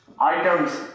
Items